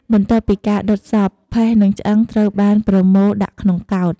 បន្ទាប់ពីការដុតសព ផេះនិងឆ្អឹងត្រូវបានប្រមូលដាក់ក្នុងកោដ្ឋ។